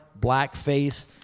blackface